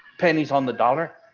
pennies on the dollar.